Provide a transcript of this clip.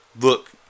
look